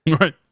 Right